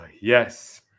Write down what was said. yes